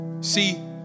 See